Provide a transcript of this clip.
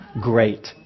Great